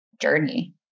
journey